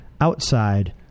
outside